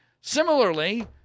similarly